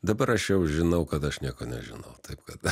dabar aš jau žinau kad aš nieko nežinau taip kad